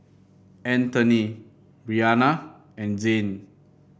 Antony Bryana and Zane